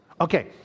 Okay